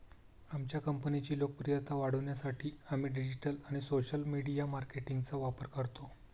आमच्या कंपनीची लोकप्रियता वाढवण्यासाठी आम्ही डिजिटल आणि सोशल मीडिया मार्केटिंगचा वापर करतो